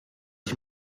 ich